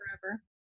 forever